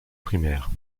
primaire